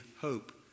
hope